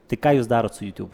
tai ką jūs darot su jutiūb